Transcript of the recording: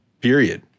Period